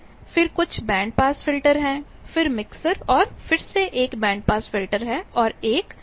फिर कुछ band pass filter है फिर मिक्सर और फिर से एक बैंड पास फिल्टर और एक फ़ास्ट IF एम्पलीफायर है